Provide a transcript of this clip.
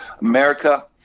America